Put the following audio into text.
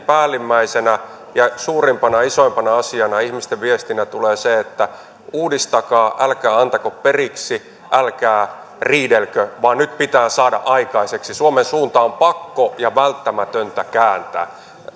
päällimmäisenä ja suurimpana isoimpana asiana ihmisten viestinä tulee se että uudistakaa älkää antako periksi älkää riidelkö vaan nyt pitää saada aikaiseksi suomen suunta on pakko ja välttämätöntä kääntää